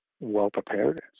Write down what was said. well-prepared